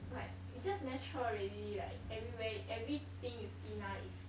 like you just natural already like everywhere everything you see now is